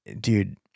Dude